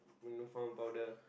powder